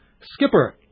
skipper